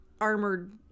armored